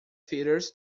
theatres